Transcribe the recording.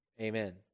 amen